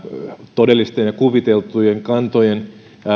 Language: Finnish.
todellisista ja kuvitelluista